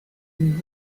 new